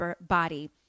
body